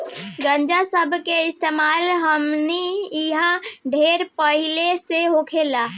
गांजा सब के इस्तेमाल हमनी इन्हा ढेर पहिले से होला